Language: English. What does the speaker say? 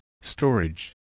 storage